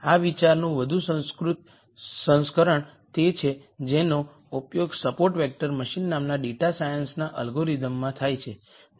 આ વિચારનું વધુ સુસંસ્કૃત સંસ્કરણ તે છે જેનો ઉપયોગ સપોર્ટ વેક્ટર મશીન નામના ડેટા સાયન્સ એલ્ગોરિધમ્સમાં થાય છે